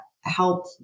help